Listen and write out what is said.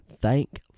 Thank